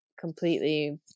completely